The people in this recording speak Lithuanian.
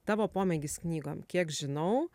tavo pomėgis knygom kiek žinau